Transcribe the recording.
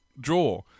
draw